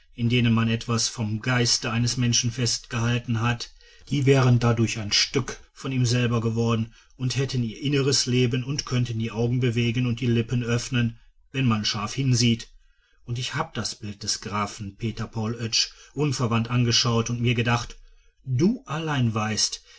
in denen man etwas vom geist eines menschen festgehalten hat die wären dadurch ein stück von ihm selber geworden und hätten ihr inneres leben und könnten die augen bewegen und die lippen öffnen wenn man scharf hinsieht und ich hab das bild des grafen peter paul oetsch unverwandt angeschaut und mir gedacht du allein weißt